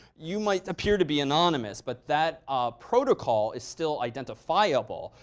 you might appear to be anonymous. but that ah protocol is still identifiable.